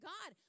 God